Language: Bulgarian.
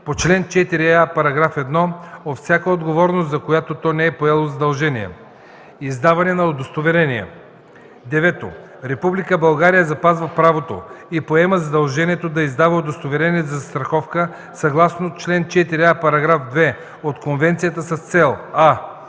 по чл. 4а, § 1, от всяка отговорност, за която то не е поело задължение. Издаване на удостоверения 9. Република България запазва правото и поема задължението да издава удостоверения за застраховка съгласно чл. 4а, § 2 от конвенцията с цел: а)